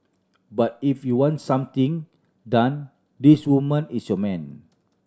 but if you want something done this woman is your man